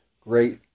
great